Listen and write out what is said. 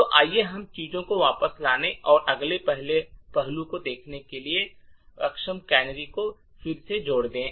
तो आइए हम चीजों को वापस लाने और अगले पहलू को देखने के लिए अक्षम कैनेरी को फिर से जोड़ दें